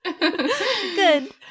good